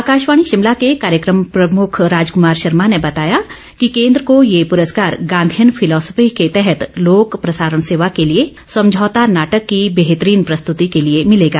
आकाशवाणी शिमला के कार्यक्रम प्रमुख राजकुमार शर्मा ने बताया कि केन्द्र को ये पुरस्कार गांधीयन फिलोस्फी के तहत लोक प्रसारण सेवा के लिए समझौता नाटक की बेहतरीन प्रस्तुति के लिए मिलेगा